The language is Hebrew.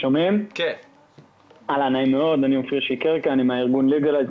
שמי עופר שיקרקה מארגון ליגלייז,